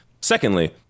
Secondly